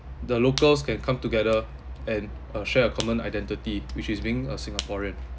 the locals can come together and uh share a common identity which is being a singaporean